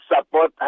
support